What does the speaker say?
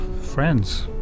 friends